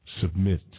Submit